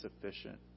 sufficient